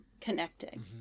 connecting